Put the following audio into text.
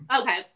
okay